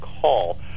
call